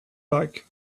like